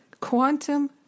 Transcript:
quantum